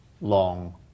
long